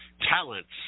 talents